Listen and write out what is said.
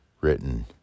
Written